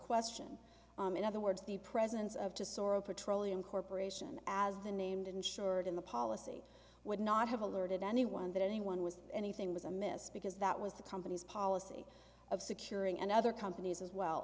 question in other words the presence of to sort of petroleum corporation as the named insured in the policy would not have alerted anyone that anyone was anything was amiss because that was the company's policy of securing and other companies as well